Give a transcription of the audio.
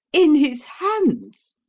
in his hands?